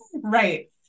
right